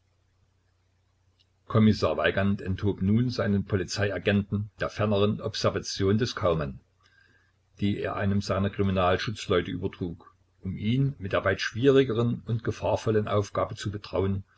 kommissar weigand enthob nun seinen polizeiagenten der ferneren observation des kaumann die er einem seiner kriminalschutzleute übertrug um ihn mit der weit schwierigeren und gefahrvollen aufgabe zu betrauen